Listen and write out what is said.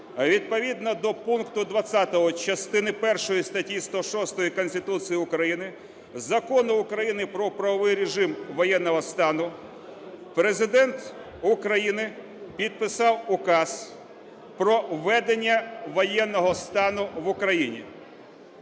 відповідно до пункту 20 частини першої статті 106 Конституції України, Закону України "Про правовий режим воєнного стану" Президент України підписав Указ "Про введення воєнного стану в Україні".